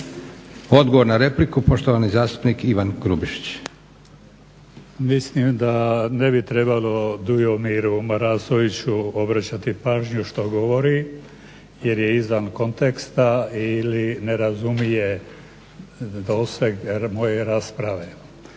Odgovor na repliku, poštovani zastupnik Ivan Grubišić. **Grubišić, Ivan (Nezavisni)** Mislim da ne bi trebalo Dujomiru Marasoviću obraćati pažnju što govori, jer je izvan konteksta ili ne razumije doseg moje rasprave.